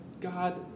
God